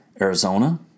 Arizona